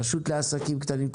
הרשות לעסקים קטנים.